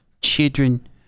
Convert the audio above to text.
Children